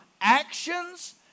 actions